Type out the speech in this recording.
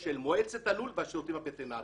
של מועצת הלול והשירותים הווטרינריים.